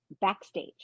backstage